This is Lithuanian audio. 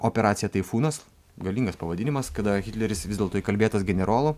operacija taifūnas galingas pavadinimas kada hitleris vis dėlto įkalbėtas generolo